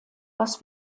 was